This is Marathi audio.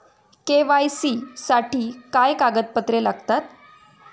के.वाय.सी साठी काय कागदपत्रे लागतात?